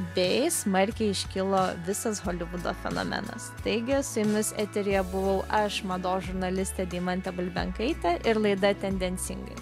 bei smarkiai iškilo visas holivudo fenomenas taigi su jumis eteryje buvau aš mados žurnalistė deimantė bulbenkaitė ir laida tendencingai